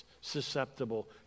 susceptible